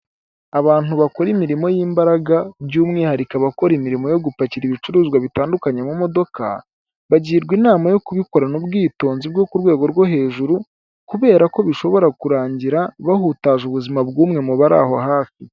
Abantu bakora imirimo y'imbaraga by'umwihariko abakora imirimo yo gupakira ibicuruzwa bitandukanye mu mudoko, bagirwa inama yo kubikorana ubwitonzi bwo ku rwego rwo hejuru kubera ko bishobora kurangira bahutaje ubuzima bw'umwe mubari aho hafi.